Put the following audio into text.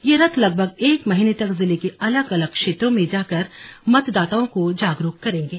यह रथ लगभग एक महीने तक जिले के अलग अलग क्षेत्रों में जाकर मतदाताओं को जागरूक करेंगे